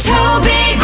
Toby